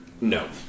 No